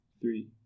three